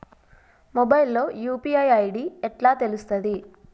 Mobile లో UPI ID ఎట్లా తెలుస్తది?